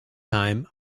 time